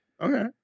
Okay